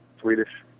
Swedish